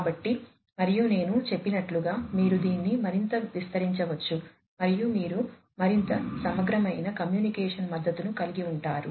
కాబట్టి మరియు నేను చెప్పినట్లుగా మీరు దీన్ని మరింత విస్తరించవచ్చు మరియు మీరు మరింత సమగ్రమైన కమ్యూనికేషన్ మద్దతును కలిగి ఉంటారు